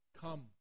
come